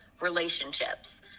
relationships